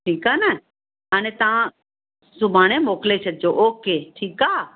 ठीकु आहे न हाणे तव्हां सुभाणे मोकिले छॾिजो ओके ठीकु आहे